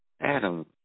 Adam